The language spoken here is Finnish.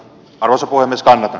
korsu voi myöskään